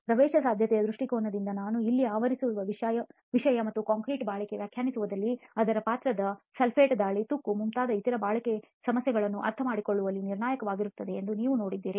ಪ್ರವೇಶಸಾಧ್ಯತೆಯ ದೃಷ್ಟಿಯಿಂದ ನಾನು ಇಲ್ಲಿ ಆವರಿಸಿರುವ ವಿಷಯ ಮತ್ತು ಕಾಂಕ್ರೀಟ್ ಬಾಳಿಕೆ ವ್ಯಾಖ್ಯಾನಿಸುವಲ್ಲಿ ಅದರ ಪಾತ್ರವು ಸಲ್ಫೇಟ್ ದಾಳಿ ತುಕ್ಕು ಮುಂತಾದ ಇತರ ಬಾಳಿಕೆ ಸಮಸ್ಯೆಗಳನ್ನು ಅರ್ಥಮಾಡಿಕೊಳ್ಳುವಲ್ಲಿ ನಿರ್ಣಾಯಕವಾಗಿರುತ್ತದೆ ಎಂದು ನೀವು ನೋಡುತ್ತೀರಿ